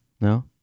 No